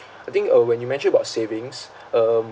I think uh when you mentioned about savings um